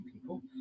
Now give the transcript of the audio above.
people